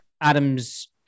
Adams